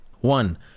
One